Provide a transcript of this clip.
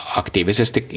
aktiivisesti